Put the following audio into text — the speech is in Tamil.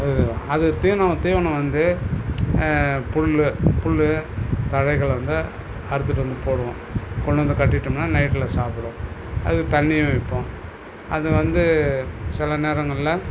அது தீவனம் தீவனம் வந்து புல் புல் தழைகளை வந்து அறுத்துகிட்டு வந்து போடுவோம் கொண்டு வந்து கட்டிவிட்டோம்னா நைட்டில் சாப்பிடும் அதுக்கு தண்ணியும் வைப்போம் அது வந்து சில நேரங்களில்